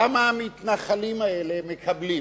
למה המתנחלים האלה מקבלים.